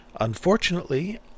unfortunately